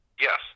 Yes